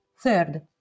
Third